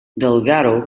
delgado